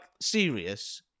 serious